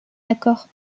accord